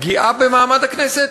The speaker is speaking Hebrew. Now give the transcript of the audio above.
פגיעה במעמד הכנסת,